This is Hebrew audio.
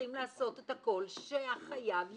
צריכים לעשות את הכול שהחייב ידע.